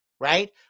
right